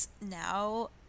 now